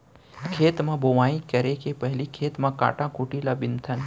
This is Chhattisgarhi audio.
खेत म बोंवई करे के पहिली खेत के कांटा खूंटी ल बिनथन